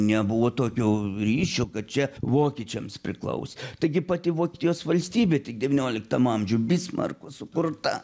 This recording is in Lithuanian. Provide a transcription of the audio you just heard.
nebuvo tokio ryšio kad čia vokiečiams priklausė taigi pati vokietijos valstybė tik devynioliktam amžiuj bismarko sukurta